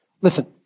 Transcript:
Listen